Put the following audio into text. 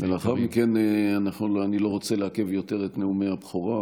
להתייחס אליהם כבעלי צרכים מיוחדים או הסדרים מיוחדים.